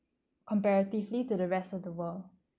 comparatively to the rest of the world